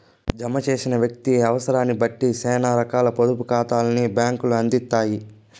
జమ చేసిన వ్యక్తి అవుసరాన్నిబట్టి సేనా రకాల పొదుపు కాతాల్ని బ్యాంకులు అందిత్తాయి